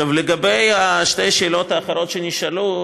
לגבי שתי השאלות האחרות שנשאלו,